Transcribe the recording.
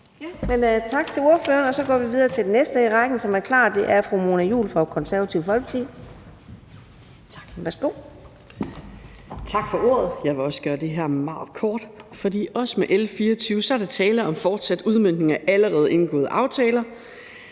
Tak til ordføreren. Så går vi videre til den næste i rækken, som er klar, og det er fru Mona Juul fra Det Konservative Folkeparti.